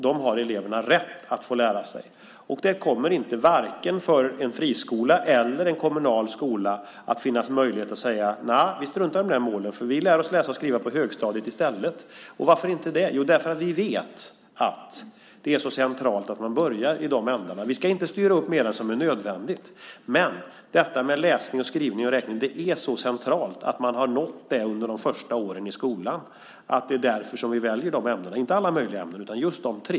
Det har eleverna rätt att få lära sig. Det kommer inte att finnas möjlighet för en friskola eller för en kommunal skola att säga: Nej, vi struntar i de målen, utan eleverna lär sig läsa och skriva på högstadiet i stället. Varför ska det inte finnas den möjligheten? Jo, därför att vi vet att det är så centralt att vi börjar i den änden. Vi ska inte styra upp mer än vad som är nödvändigt. Det är så centralt att eleverna har nått målen för läsning, skrivning och räkning under de fösta åren i skolan. Det är därför vi väljer de ämnena. Det gäller inte alla möjliga ämnen, utan just de tre.